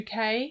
UK